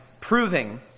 proving